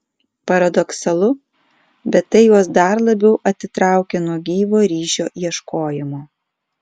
paradoksalu bet tai juos dar labiau atitraukia nuo gyvo ryšio ieškojimo